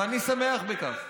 אני שמח בכך.